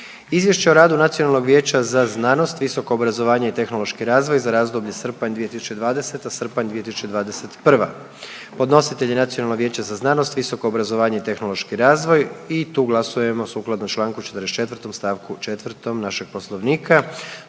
Izvješće o radu Nacionalnog vijeća za visoko obrazovanje, znanost i tehnološki razvoj za razdoblje srpanj 2021., ožujak 2023.. Podnositelj je Nacionalno vijeće za visoko obrazovanje, znanost i tehnološki razvoj, glasujmo sukladno čl. 44. st. 4. Poslovnika.